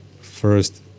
First